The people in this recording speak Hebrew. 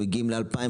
שמגיעים ל-2000,